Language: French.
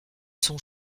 son